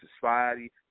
society